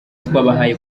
twabahaye